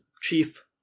chief